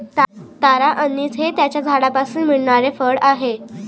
तारा anise हे त्याच्या झाडापासून मिळणारे फळ आहे